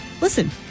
listen